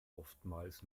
oftmals